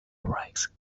rights